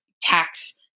tax